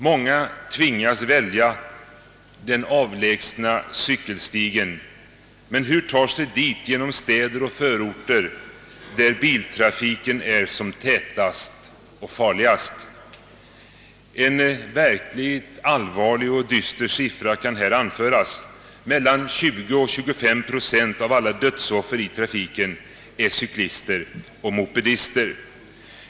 Många tvingas välja den avlägsna cykelstigen, men hur ta sig dit genom städer och förorter där biltrafiken är som tätast och farligast? En verkligt allvarlig och dyster siffra kan här anföras. Mellan 20 och 25 procent av alla dödsoffer i trafiken är cyklister och mopedister.